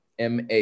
ma